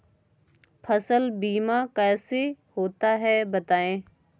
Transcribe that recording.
फसल बीमा कैसे होता है बताएँ?